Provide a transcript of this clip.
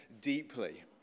deeply